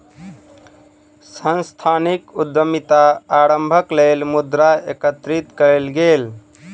सांस्थानिक उद्यमिता आरम्भक लेल मुद्रा एकत्रित कएल गेल